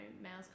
males